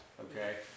okay